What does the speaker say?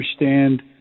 understand